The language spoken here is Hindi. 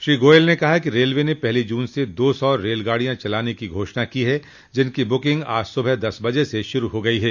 श्री गोयल ने कहा कि रेलवे ने पहली जून से दो सौ रेलगाडियां चलाने की घोषणा की है जिनकी बुकिंग आज सुबह दस बजे से शुरू हो गई है